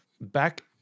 back –